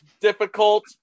difficult